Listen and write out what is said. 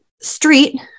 street